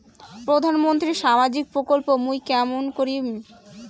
প্রধান মন্ত্রীর সামাজিক প্রকল্প মুই কেমন করিম?